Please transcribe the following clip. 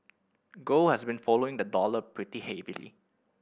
gold has been following the dollar pretty heavily